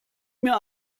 mir